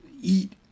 eat